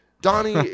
Donnie